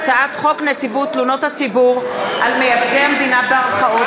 והצעת חוק נציבות תלונות הציבור על מייצגי המדינה בערכאות,